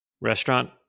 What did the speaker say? restaurant